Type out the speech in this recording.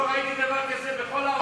לא ראיתי דבר כזה בכל העולם,